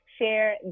share